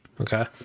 Okay